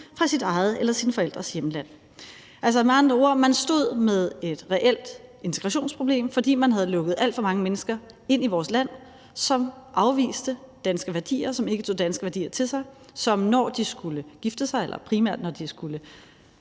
fra sit eget eller sine forældres hjemland.« Man stod med andre ord med et reelt integrationsproblem, fordi man havde lukket alt for mange mennesker ind i vores land, som afviste danske værdier, som ikke tog danske værdier til sig, og som, når de skulle gifte sig eller primært skulle